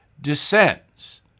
descends